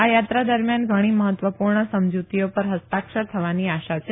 આ યાત્રા દરમિયાન ઘણી મહત્વપુર્ણ સમજુતીઓ પર હસ્તાક્ષર થવાની આશા છે